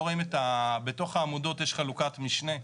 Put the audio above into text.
בתוך העמודות יש חלוקת משנה.